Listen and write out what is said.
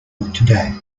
today